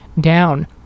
down